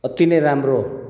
अति नै राम्रो